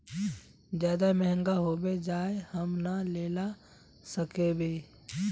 ज्यादा महंगा होबे जाए हम ना लेला सकेबे?